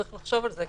צריך לחשוב על זה,